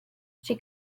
she